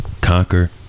Conquer